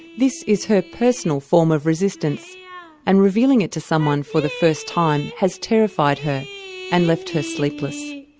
this is her personal form of resistance and revealing it to someone for the first time has terrified her and left her sleepless.